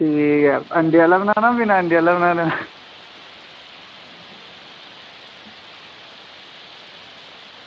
अंडे आह्ला बनाना बिना अंडे आह्ला बनाना